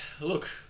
Look